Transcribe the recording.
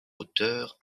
auteurs